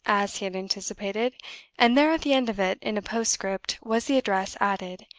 as he had anticipated and there, at the end of it, in a postscript, was the address added,